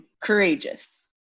courageous